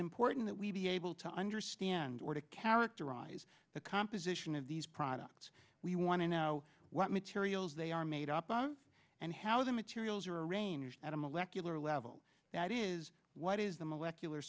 important that we be able to understand or to characterize the composition of these products we want to know what materials they are made up of and how the materials are arranged at a molecular level that is what is the molecular